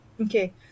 okay